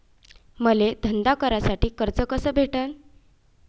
मले धंदा करासाठी कर्ज कस भेटन?